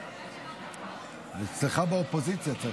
אצלך באופוזיציה צריך,